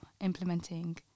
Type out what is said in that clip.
implementing